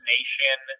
Nation